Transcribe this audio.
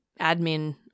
admin